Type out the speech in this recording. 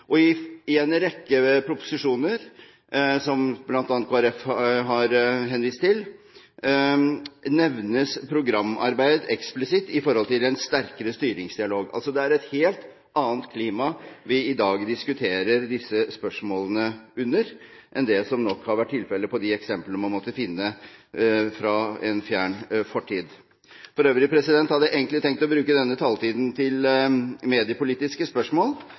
hensyn, og i en rekke proposisjoner, som bl.a. Kristelig Folkeparti har henvist til, nevnes programarbeid eksplisitt når det gjelder en sterkere styringsdialog. Det er altså et helt annet klima vi i dag diskuterer disse spørsmålene under, enn det som nok har vært tilfelle for de eksemplene man måtte finne fra en fjern fortid. For øvrig hadde jeg egentlig tenkt å bruke denne taletiden til mediepolitiske spørsmål.